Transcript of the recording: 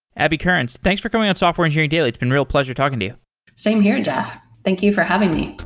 abby kearns, thanks for coming on software engineering daily. it's been real pleasure talking to you same here, jeff. thank you for having me.